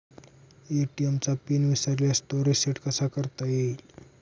ATM चा pin विसरल्यास तो रिसेट कसा करता येईल?